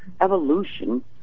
evolution